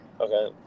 Okay